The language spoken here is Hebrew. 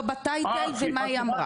לא ב'טייטל' ומה היא אמרה,